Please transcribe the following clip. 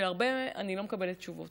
שעל הרבה אני לא מקבלת תשובות,